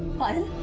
find